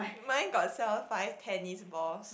mine got sell five tennis balls